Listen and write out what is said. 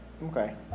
Okay